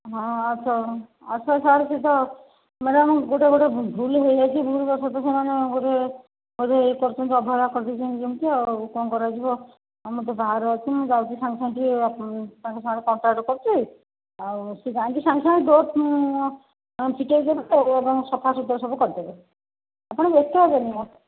ହଁ ଆଚ୍ଛା ଆଚ୍ଛା ସାର୍ ସେ ତ ମ୍ୟାଡ଼ାମ୍ ଗୋଟେ ଗୋଟେ ଭୁଲ ହେଇ ଯାଇଛି ଭୁଲ ବଶତ ସେମାନେ ଗୋଟେ ଇଏ କରୁଛନ୍ତି ଅବହେଳା କରି ଦେଇଛନ୍ତି ଯେମିତି ଆଉ କ'ଣ କରାଯିବ ଆଉ ମୁଁ ତ ବାହାରେ ଅଛି ମୁଁ ଯାଉଛି ସାଙ୍ଗେ ସାଙ୍ଗ ତ ତାଙ୍କ ସାଙ୍ଗରେ କଣ୍ଟାକ୍ଟ କରୁଛି ଆଉ ସେ ଯାଇ ସାଙ୍ଗେ ସାଙ୍ଗେ ଦେବେ ଏବଂ ସଫା ସୁତୁରା ସବୁ କରି ଦେବେ ଆପଣ ବ୍ୟସ୍ତ ହବେନି